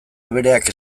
abereak